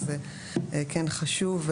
אז כן חשוב.